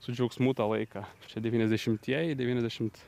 su džiaugsmu tą laiką čia devyniasdešimtieji devyniasdešimt